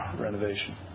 renovation